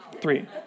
Three